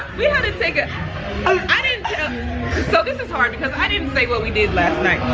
we had a thing. ah i didn't tell. this is hard because i didn't say what we did last night.